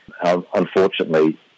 Unfortunately